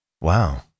Wow